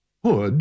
Hood